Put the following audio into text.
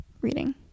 reading